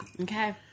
Okay